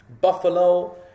buffalo